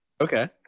Okay